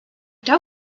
that